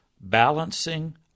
balancing